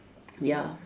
ya